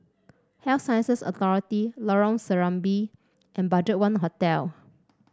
Health Sciences Authority Lorong Serambi and BudgetOne Hotel